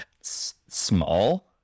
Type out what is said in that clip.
small